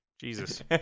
Jesus